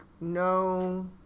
no